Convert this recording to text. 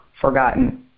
forgotten